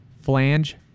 flange